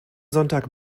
sonntag